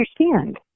understand